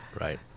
right